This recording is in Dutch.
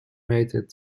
meter